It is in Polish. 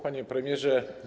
Panie Premierze!